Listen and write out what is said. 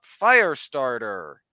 Firestarter